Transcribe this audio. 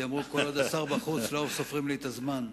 כי אמרו שכל עוד השר בחוץ לא סופרים לי את הזמן.